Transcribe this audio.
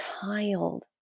child